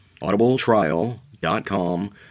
AudibleTrial.com